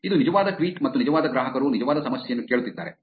ಇದು ನಿಜವಾದ ಟ್ವೀಟ್ ಮತ್ತು ನಿಜವಾದ ಗ್ರಾಹಕರು ನಿಜವಾದ ಸಮಸ್ಯೆಯನ್ನು ಕೇಳುತ್ತಿದ್ದಾರೆ